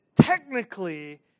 technically